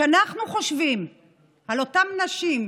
כשאנחנו חושבים על אותן נשים,